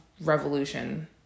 revolution